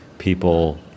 People